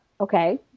okay